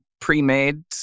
pre-made